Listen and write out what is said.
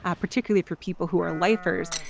ah particularly for people who are lifers,